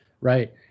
Right